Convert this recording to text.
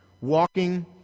walking